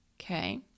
Okay